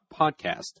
podcast